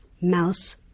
Mouse